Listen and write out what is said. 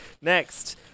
next